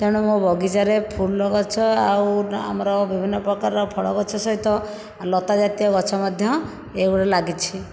ତେଣୁ ମୋ ବଗିଚାରେ ଫୁଲ ଗଛ ଆଉ ଆମର ବିଭିନ୍ନ ପ୍ରକାର ଫଳ ଗଛ ସହିତ ଲତାଜାତୀୟ ଗଛ ମଧ୍ୟ ଏଇଗୁଡ଼ାକ ଲାଗିଛି